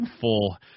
full